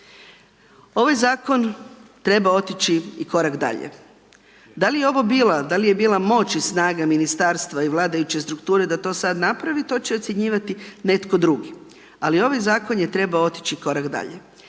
Ovaj zakon treba otići i korak dalje. Da li je ovo bila moć i snaga Ministarstva i vladajuće strukture da to sada napravi, to će ocjenjivati netko drugi. Ali ovaj zakon je trebao otići korak dalje.